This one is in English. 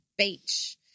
Beach